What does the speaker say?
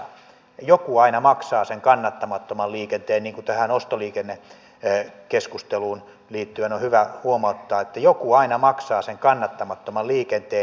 joku aina maksaa sen kannattamattoman liikenteen tähän ostoliikennekeskusteluun liittyen on hyvä huomauttaa että joku aina maksaa sen kannattamattoman liikenteen